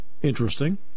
Interesting